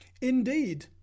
Indeed